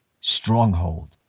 stronghold